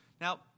Now